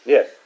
Yes